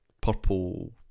purple